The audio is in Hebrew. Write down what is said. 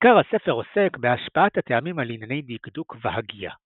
עיקר הספר עוסק בהשפעת הטעמים על ענייני דקדוק והגייה;